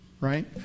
right